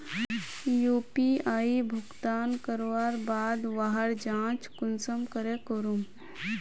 UPI भुगतान करवार बाद वहार जाँच कुंसम करे करूम?